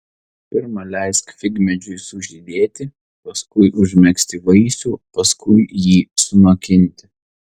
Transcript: pirma leisk figmedžiui sužydėti paskui užmegzti vaisių paskui jį sunokinti